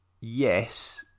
Yes